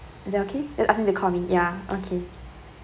it's that okay you ask him to call me ya okay